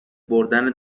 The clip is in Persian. بردن